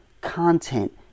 content